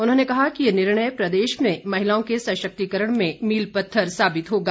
उन्होंने कहा कि ये निर्णय प्रदेश में महिलाओं के सशक्तिकरण में मील पत्थर साबित होगा